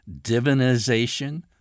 divinization